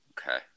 Okay